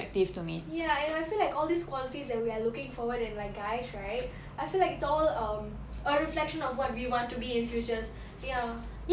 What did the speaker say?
ya and I feel like all these qualities that we're looking for in like guys right I feel like it's all um a reflection of what we want to be in future ya